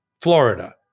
Florida